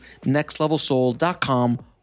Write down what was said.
nextlevelsoul.com